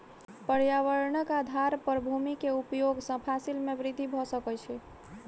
पर्यावरणक आधार पर भूमि के उपयोग सॅ फसिल में वृद्धि भ सकै छै